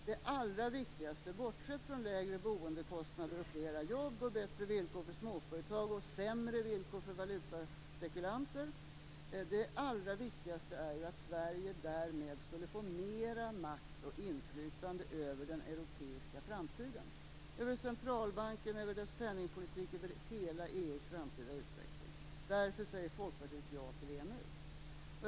Det allra viktigaste, bortsett från lägre boendekostnader och fler jobb, bättre villkor för småföretag och sämre villkor för valutaspekulanter, är ju att Sverige därmed skulle få mer makt och inflytande över den europeiska framtiden, över centralbanken, över dess penningpolitik, över hela EU:s framtida utveckling. Därför säger Folkpartiet ja till EMU.